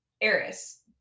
Eris